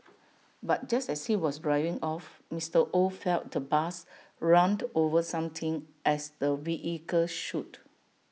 but just as he was driving off Mister oh felt the bus run over something as the vehicle shook